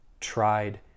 tried